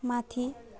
माथि